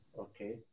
okay